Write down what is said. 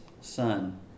son